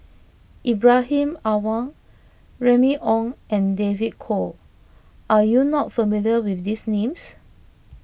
Ibrahim Awang Remy Ong and David Kwo are you not familiar with these names